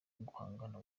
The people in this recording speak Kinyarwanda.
uguhangana